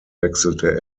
wechselte